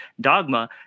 dogma